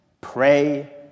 pray